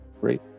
Great